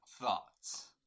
thoughts